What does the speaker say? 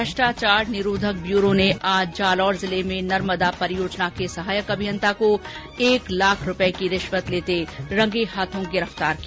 भ्रष्टाचार निरोधक ब्यूरो ने आज जालौर जिले में नर्मदा परियोजना के सहायक अभियंता को एक लाख रूपये की रिश्वत लेते रंगे हाथों गिरफ्तार किया